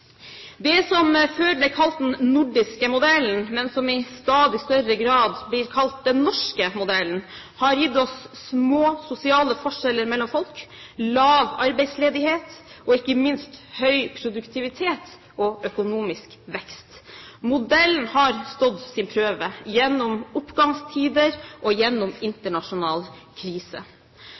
Det er før ble kalt «den nordiske modellen», men som i stadig større grad blir kalt «den norske modellen», har gitt oss små sosiale forskjeller mellom folk, lav arbeidsledighet og – ikke minst – høy produktivitet og økonomisk vekst. Modellen har stått sin prøve, gjennom oppgangstider og gjennom internasjonal krise.